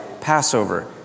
passover